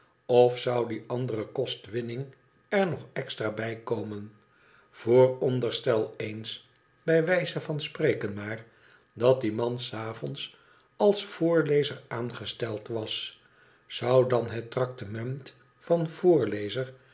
of zou die andere kostwinning er nog extra bijkomen vooronderstel eens bij wijze van spreken maar dat die man s avonds als voorlezer aangesteld was zou dan het tractement van voorlezer